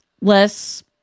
less